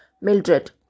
Mildred